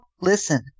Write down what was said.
Listen